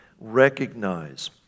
recognize